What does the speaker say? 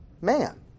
man